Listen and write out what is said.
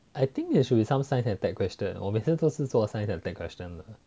I think there should be some science and tech question 我每次都是做 science and tech question [one]